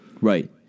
Right